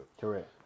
correct